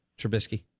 Trubisky